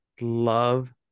love